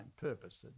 purpose